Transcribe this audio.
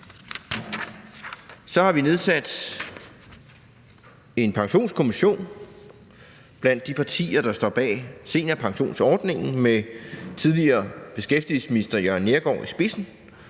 Så har vi nedsat en pensionskommission blandt de partier, der står bag seniorpensionsordningen, med tidligere beskæftigelsesminister Jørn Neergaard i spidsen.